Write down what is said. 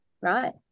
right